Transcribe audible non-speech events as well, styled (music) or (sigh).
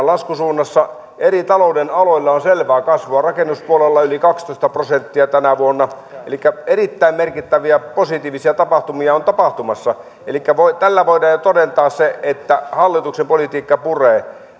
(unintelligible) laskusuunnassa eri talouden aloilla on selvää kasvua rakennuspuolella yli kaksitoista prosenttia tänä vuonna elikkä erittäin merkittäviä positiivisia tapahtumia on tapahtumassa elikkä tällä voidaan jo todentaa se että hallituksen politiikka puree